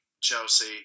Chelsea